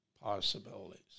possibilities